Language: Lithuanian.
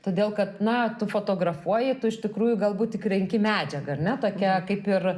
todėl kad na tu fotografuoji tu iš tikrųjų galbūt tik renki medžiagą ar ne tokia kaip ir